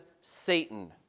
Satan